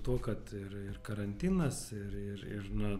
tuo kad ir ir karantinas ir ir ir na